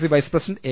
C vice president A